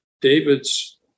David's